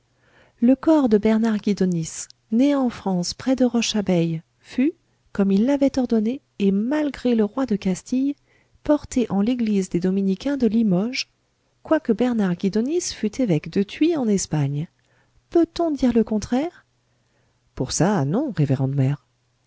le corps de bernard guidonis né en france près de roche abeille fut comme il l'avait ordonné et malgré le roi de castille porté en l'église des dominicains de limoges quoique bernard guidonis fût évêque de tuy en espagne peut-on dire le contraire pour ça non révérende mère